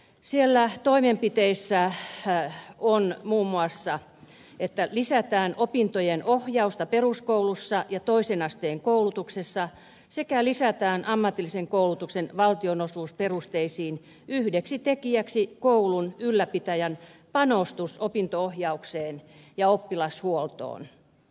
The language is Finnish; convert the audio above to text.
siellä toimenpiteissä on muun muassa se että lisätään opintojen ohjausta peruskoulussa ja toisen asteen koulutuksessa sekä lisätään ammatillisen koulutuksen valtionosuusperusteisiin yhdeksi tekijäksi koulun ylläpitäjän panostus opinto ohjaukseen ja oppilashuoltoon